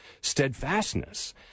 steadfastness